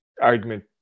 argument